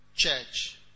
church